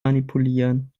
manipulieren